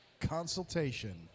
consultation